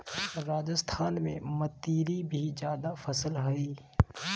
राजस्थान में मतीरी भी जायद फसल हइ